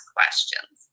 questions